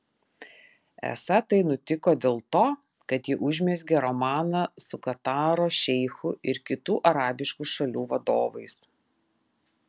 esą tai nutiko dėl to kad ji užmezgė romaną su kataro šeichu ir kitų arabiškų šalių vadovais